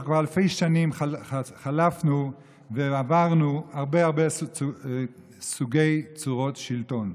אנחנו כבר אלפי שנים חלפנו ועברנו הרבה הרבה סוגים וצורות של שלטון.